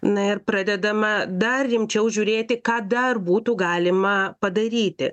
na ir pradedama dar rimčiau žiūrėti ką dar būtų galima padaryti